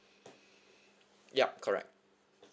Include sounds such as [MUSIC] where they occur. [BREATH] ya correct